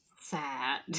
sad